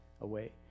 away